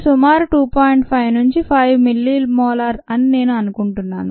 5 నుంచి 5 మిల్లీమోలార్ అని నేను అనుకుంటున్నాను